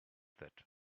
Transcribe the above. that